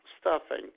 stuffing